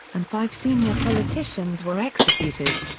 and five senior politicians were executed.